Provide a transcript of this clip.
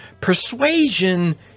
persuasion